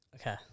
Okay